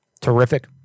Terrific